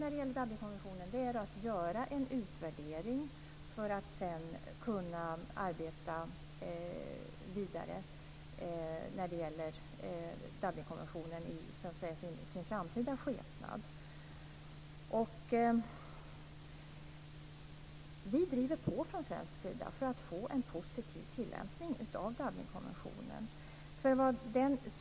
När det gäller Dublinkonventionen görs det nu en utvärdering för att man sedan ska kunna arbeta vidare med Dublinkonventionens framtida skepnad. Vi driver på från svensk sida för att få en positiv tillämpning av Dublinkonventionen.